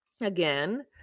Again